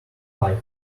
five